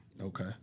Okay